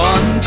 One